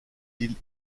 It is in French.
îles